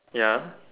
ya